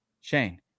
Shane